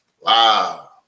wow